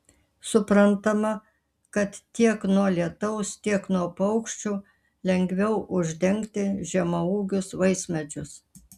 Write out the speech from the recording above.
suprantama kad tiek nuo lietaus tiek nuo paukščių lengviau uždengti žemaūgius vaismedžius